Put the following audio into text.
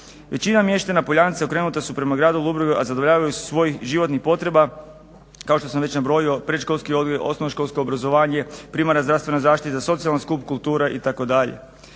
Većina mještana POljanca okrenuta su prema gradu Ludbregu a zadovoljavanje svojih životnih potreba kao što sam već nabrojio predškolski odgoj, osnovnoškolsko obrazovanje, primarna zdravstvena zaštita, socijalne … kulture itd.